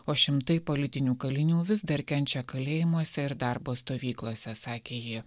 o šimtai politinių kalinių vis dar kenčia kalėjimuose ir darbo stovyklose sakė ji